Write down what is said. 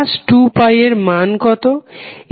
এটা আবার হবে t